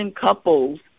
couples